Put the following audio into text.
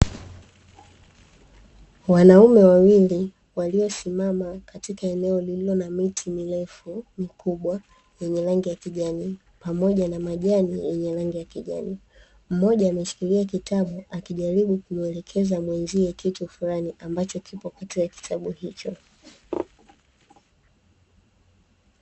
Wanaume wawili waliosimama katika eneo lililo na miti mirefu mikubwa yenye rangi ya kijani pamoja na majani yenye rangi ya kijani. Mmoja ameshikilia kitabu akijaribu kumwelekeza mwenzie kitu fulani ambacho kipo kati ya kitabu hicho.